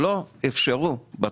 שלא אפשרו לשרים,